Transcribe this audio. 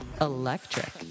Electric